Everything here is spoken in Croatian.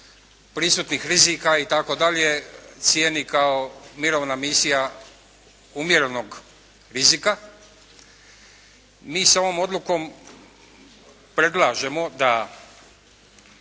prisutnih rizika itd. cijeni kao mirovna misija umjerenog rizika. Mi sa ovom odlukom predlažemo da